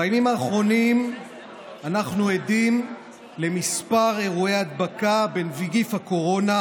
בימים האחרונים אנחנו עדים לכמה אירועי הדבקה בנגיף הקורונה,